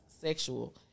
sexual